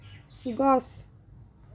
গছ